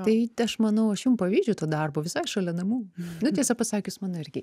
tai aš manau aš jum pavydžiu to darbo visai šalia namų nu tiesą pasakius mano irgi